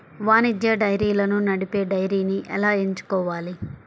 వాణిజ్య డైరీలను నడిపే డైరీని ఎలా ఎంచుకోవాలి?